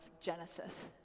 Genesis